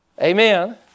Amen